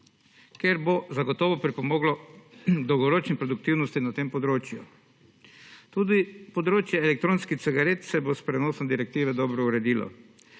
ker bo zagotovi pripomoglo k dolgoročni produktivnosti na tem področju. Tudi področje elektronskih cigaret se bo s prenosom direktive dobro uredilo.